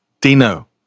Dino